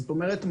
זאת אומרת,